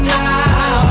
now